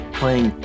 playing